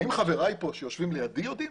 האם חבריי שיושבים כאן לידי יודעים?